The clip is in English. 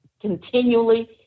continually